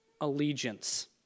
allegiance